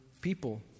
people